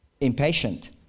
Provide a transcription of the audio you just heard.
impatient